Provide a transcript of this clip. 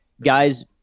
guys